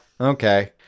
Okay